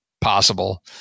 possible